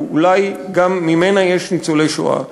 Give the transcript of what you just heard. שאולי גם ממנה יש ניצולי השואה,